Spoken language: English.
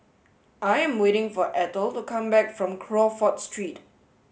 I am waiting for Eithel to come back from Crawford Street